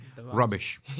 rubbish